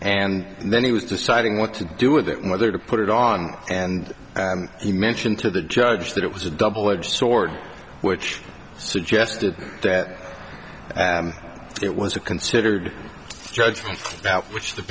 and then he was deciding what to do with it and whether to put it on and he mentioned to the judge just that it was a double edged sword which suggested that it was a considered judgment about which the